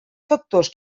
factors